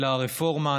לרפורמה.